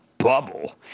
bubble